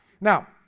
Now